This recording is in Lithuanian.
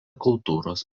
kultūros